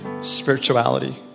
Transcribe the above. spirituality